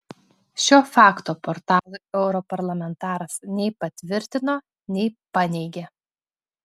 šio fakto portalui europarlamentaras nei patvirtino nei paneigė